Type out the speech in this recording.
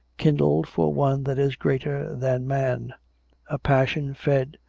kindled for one that is greater than man a passion fed,